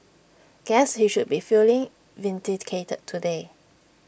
guess he should be feeling vindicated today